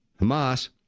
hamas